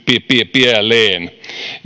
pieleen